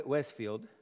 Westfield